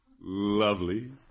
Lovely